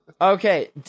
Okay